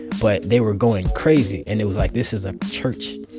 but they were going crazy. and it was like, this is a church.